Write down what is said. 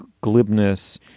glibness